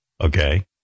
Okay